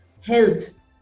health